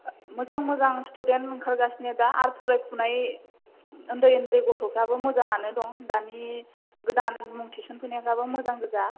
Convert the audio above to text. मोजां मोजां स्टुडेन्ट ओंखारगासिनो दा फरायफुनाय उन्दै उन्दै गथ'फ्राबो मोजाङानो दं दानि गोदान मुं थिसन फैनायफ्राबो मोजां गोजा